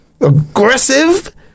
Aggressive